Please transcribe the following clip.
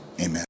Amen